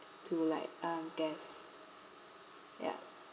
to like um guests ya